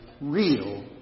real